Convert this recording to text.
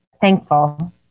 thankful